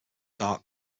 dark